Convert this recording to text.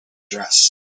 dress